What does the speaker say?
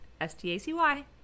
S-T-A-C-Y